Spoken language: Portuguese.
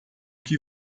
que